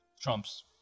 trumps